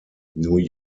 new